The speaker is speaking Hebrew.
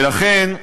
ולכן,